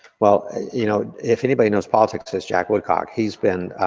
well, you know, if anybody knows politics it's jack woodcock. he's been,